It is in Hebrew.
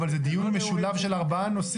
כנסת --- זה דיון משולב של 4 נושאים,